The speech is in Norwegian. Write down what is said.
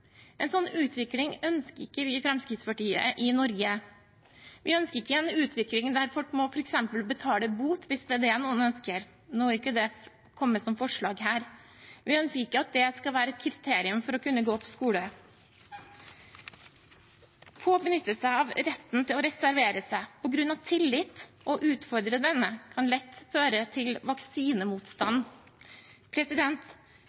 En sånn utvikling ønsker ikke vi i Fremskrittspartiet i Norge. Vi ønsker ikke en utvikling der folk f.eks. må betale bot, hvis det er det noen ønsker – nå er ikke det kommet som forslag her – vi ønsker ikke at det skal være et kriterium for å gå på skole. Få benytter seg av retten til å reservere seg, på grunn av tillit, og å utfordre denne kan lett føre til